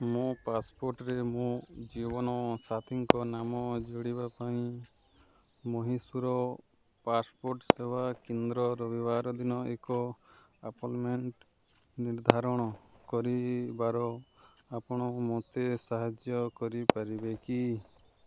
ମୋ ପାସପୋର୍ଟରେ ମୁଁ ଜୀବନସାଥୀଙ୍କ ନାମ ଯୋଡ଼ିବା ପାଇଁ ମହୀଶୂର ପାସପୋର୍ଟ ସେବା କେନ୍ଦ୍ରରେ ରବିବାର ଦିନ ଏକ ଆପଏଣ୍ଟମେଣ୍ଟ୍ ନିର୍ଦ୍ଧାରଣ କରିବାର ଆପଣ ମୋତେ ସାହାଯ୍ୟ କରିପାରିବେ କି